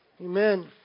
Amen